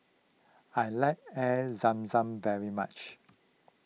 I like Air Zam Zam very much